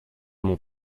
mon